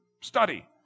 study